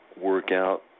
Workout